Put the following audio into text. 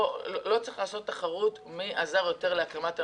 לא צריך לעשות תחרות מי עזר יותר להקמת המדינה.